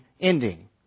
ending